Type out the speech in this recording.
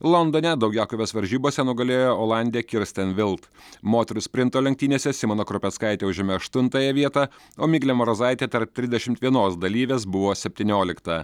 londone daugiakovės varžybose nugalėjo olandė kirsten vild moterų sprinto lenktynėse simona krupeckaitė užėmė aštuntąją vietą o miglė marozaitė tarp trisdešimt vienos dalyvės buvo septyniolikta